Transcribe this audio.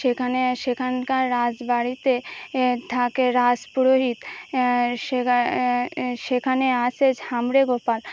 সেখানে সেখানকার রাজবাড়িতে থাকে রাজ পুরোহিত সেখানে আসে ঝামরে গোপাল